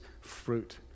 fruit